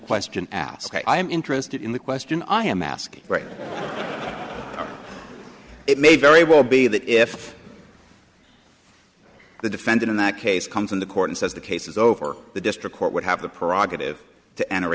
question asked i am interested in the question i am asking or it may very well be that if the defendant in that case comes into court and says the case is over the district court would have the prerogative to enter